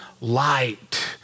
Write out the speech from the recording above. light